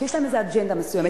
כי יש להם איזו אג'נדה מסוימת.